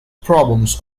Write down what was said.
problems